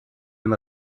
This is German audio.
den